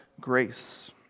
grace